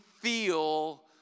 feel